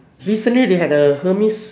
recently they had a Hermes